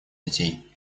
детей